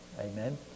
Amen